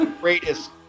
greatest